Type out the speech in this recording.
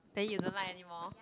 then you don't like anymore